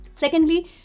Secondly